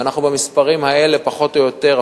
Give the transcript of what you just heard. ואנחנו במספרים האלה פחות או יותר,